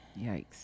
Yikes